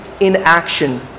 inaction